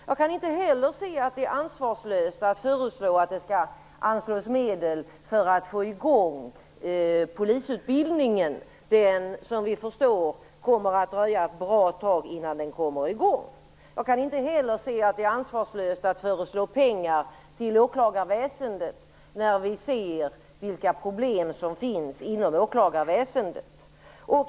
Jag kan inte se att det är ansvarslöst att föreslå att det skall anslås medel för att få i gång polisutbildningen. Vi förstår att det kommer att dröja ett bra tag innan den kommer i gång. Jag kan inte heller se att det är ansvarslöst att föreslå pengar till åklagarväsendet när vi ser vilka problem som finns inom åklagarväsendet.